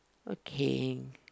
okay